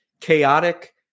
chaotic